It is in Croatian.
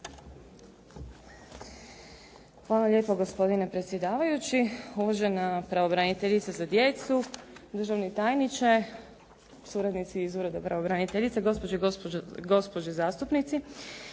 Hvala lijepo gospodine predsjedavajući. Uvažena pravobraniteljice za djecu, državni tajniče, suradnici iz Ureda pravobraniteljice, gospođe i gospodo zastupnici.